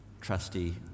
trusty